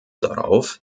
darauf